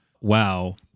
wow